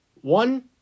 One